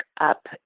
up